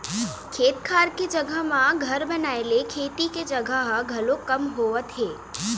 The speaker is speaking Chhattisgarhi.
खेत खार के जघा म घर बनाए ले खेती के जघा ह घलोक कम होवत हे